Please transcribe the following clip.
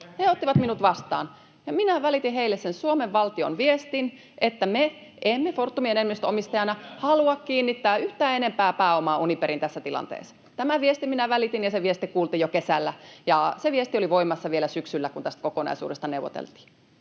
He ottivat minut vastaan, ja minä välitin heille sen Suomen valtion viestin, että me emme Fortumin enemmistöomistajana halua kiinnittää yhtään enempää pääomaa Uniperiin tässä tilanteessa. Tämän viestin minä välitin, ja se viesti kuultiin jo kesällä, ja se viesti oli voimassa vielä syksyllä, kun tästä kokonaisuudesta neuvoteltiin.